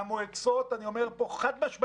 והמועצות אני אומר פה חד-משמעית,